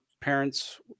parents